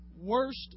worst